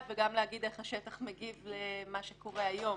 וגם להגיד איך השטח מגיב למה שקורה היום.